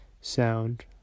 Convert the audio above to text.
sound